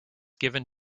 given